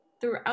throughout